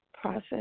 Process